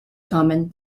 common